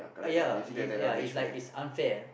!aiya! it's ya it's like unfair